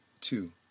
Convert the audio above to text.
two